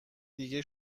دیگه